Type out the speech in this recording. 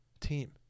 team